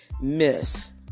miss